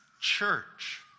church